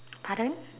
pardon